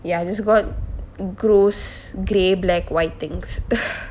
yeah I just got gross grey black white things